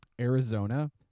Arizona